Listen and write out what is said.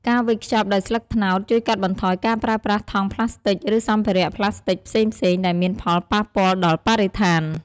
ការវេចខ្ចប់ដោយស្លឹកត្នោតជួយកាត់បន្ថយការប្រើប្រាស់ថង់ប្លាស្ទិក ឬសម្ភារៈប្លាស្ទិកផ្សេងៗ ដែលមានផលប៉ះពាល់ដល់បរិស្ថាន។